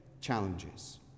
challenges